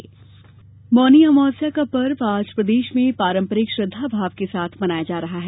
मौनी अमावस्या मौनी अमावस्या का पर्व आज प्रदेश में पारंपरिक श्रद्धा भाव के साथ मनाया जा रहा है